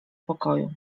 pokoju